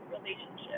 relationship